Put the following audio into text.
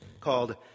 called